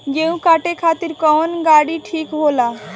गेहूं काटे खातिर कौन गाड़ी ठीक होला?